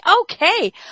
okay